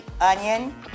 onion